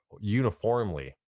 uniformly